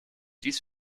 dies